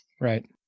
Right